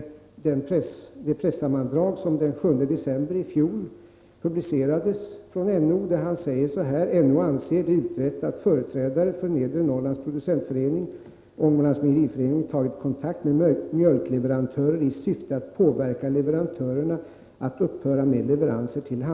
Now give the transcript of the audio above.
Regeringsrätten anser i sin dom att anslagsfördelningen strider mot den kommunala likställighetsprincipen och därför vilar på orättvis grund och upphäver kulturnämndens beslut.